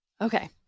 Okay